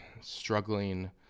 Struggling